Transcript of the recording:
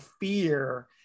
fear